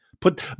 Put